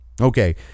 Okay